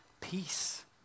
peace